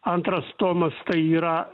antras tomas tai yra